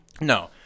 no